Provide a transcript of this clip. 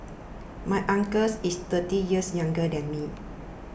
my uncle's is thirty years younger than me